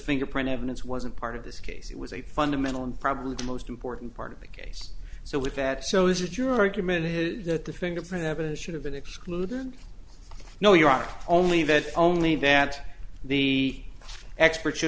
fingerprint evidence wasn't part of this case it was a fundamental and probably the most important part of the case so with that so is it your argument is that the fingerprint evidence should have been excluded no your honor only that only that the expert should